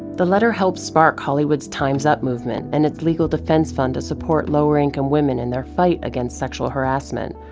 the letter helped spark hollywood's time's up movement, and its legal defense fund, to support lower-income women in their fight against sexual harassment.